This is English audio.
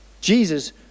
Jesus